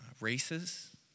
races